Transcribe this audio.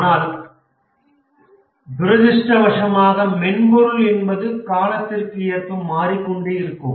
ஆனால் துரதிர்ஷ்டவசமாக மென்பொருள் என்பது காலத்திற்கு ஏற்ப மாறிக்கொண்டேயிருக்கும்